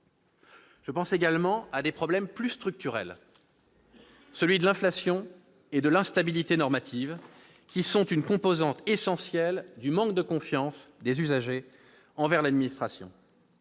Je pense également à des problèmes plus structurels, ceux de l'inflation et de l'instabilité normatives, une composante essentielle du manque de confiance des usagers envers l'administration.